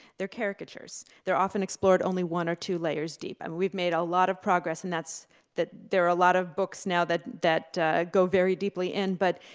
they're caricatures. they're often explored only one or two layers deep, and we've made a lot of progress, and that's that there are a lot of books now that that go very deeply in, but,